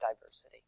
diversity